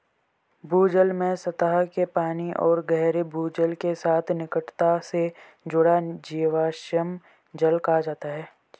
भूजल में सतह के पानी और गहरे भूजल के साथ निकटता से जुड़ा जीवाश्म जल कहा जाता है